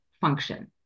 function